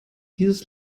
dieses